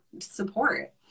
support